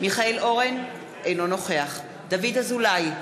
מיכאל אורן, אינו נוכח דוד אזולאי,